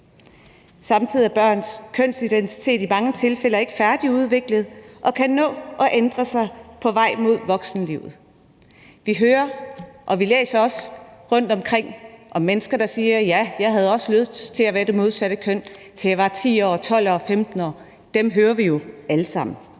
Samtidig er børns kønsidentitet i mange tilfælde ikke færdigudviklet og kan nå at ændre sig på vej mod voksenlivet. Vi hører og læser jo alle sammen de historier om mennesker, der siger, at ja, de havde også lyst til at være det modsatte køn, til de var 10 år, 12 år, 15 år. Men vi må også